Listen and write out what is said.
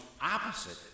opposite